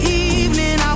evening